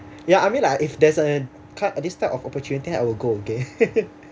ya I mean like if there's a type uh this type of opportunity I will go again